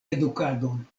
edukadon